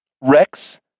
Rex